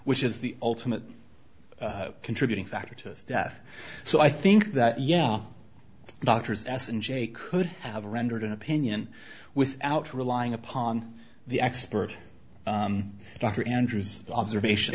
which is the ultimate contributing factor to death so i think that yeah doctors ass and jake could have rendered an opinion without relying upon the expert dr andrus observation